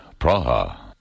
Praha